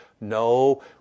no